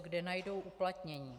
Kde najdou uplatnění?